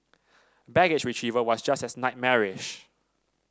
baggage retrieval was just as nightmarish